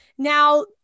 Now